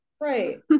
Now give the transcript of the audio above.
right